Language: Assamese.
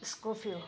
স্কৰপিঅ'